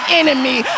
enemy